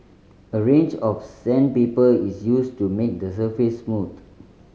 a range of sandpaper is used to make the surface smooth